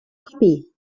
puppy